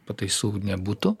pataisų nebūtų